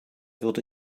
würde